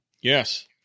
Yes